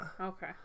Okay